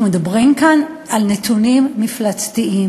אנחנו מדברים כאן על נתונים מפלצתיים,